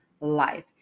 life